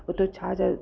उते छा